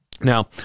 Now